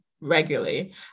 regularly